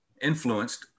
influenced